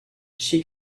she